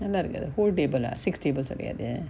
நல்லாருக்காது:nallarukathu whole table ah six tables together